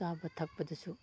ꯆꯥꯕ ꯊꯛꯄꯗꯁꯨ